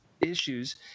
issues